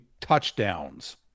touchdowns